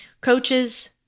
Coaches